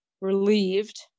relieved